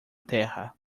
terra